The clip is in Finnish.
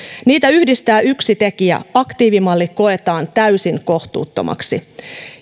niitä yhdistää yksi tekijä aktiivimalli koetaan täysin kohtuuttomaksi